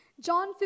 John